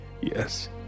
Yes